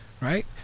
Right